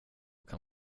kan